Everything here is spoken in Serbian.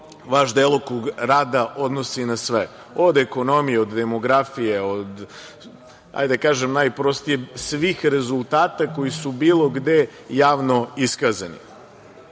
vaš delokrug rada odnosi na sve, od ekonomije, demografije, hajde da kažem najprostije, svih rezultata koji su bilo gde javno iskazani.